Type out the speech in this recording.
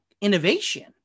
innovation